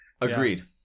Agreed